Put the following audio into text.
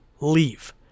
leave